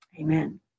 amen